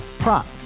Prop